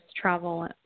travel